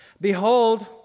Behold